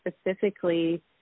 specifically